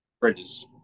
Bridges